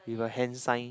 with a hand sign